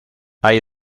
hay